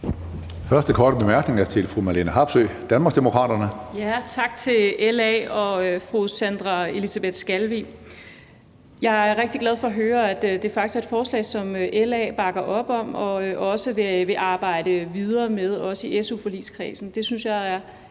første korte bemærkning er til fru Marlene Harpsøe, Danmarksdemokraterne. Kl. 10:41 Marlene Harpsøe (DD): Tak til LA og fru Sandra Elisabeth Skalvig. Jeg er rigtig glad for at høre, at det faktisk er et forslag, som LA bakker op om og også vil arbejde videre med i su-forligskredsen. Det synes jeg er